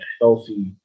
healthy